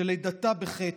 שלידתה בחטא.